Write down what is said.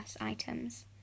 items